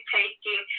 taking